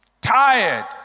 Tired